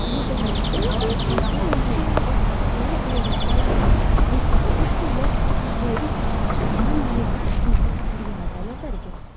आनी तेन्नाचान म्हाका हायटीचो खूब भंय दिसपाक लागलो उंचायेकच पयलें भंय दिसतालो मन भिरा भी भियेंतालें सारकें